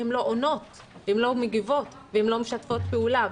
שהן לא עונות ולא מגיבות ולא משתפות פעולה,